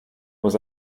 was